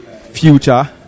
Future